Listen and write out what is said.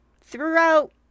throughout